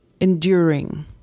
enduring